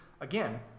again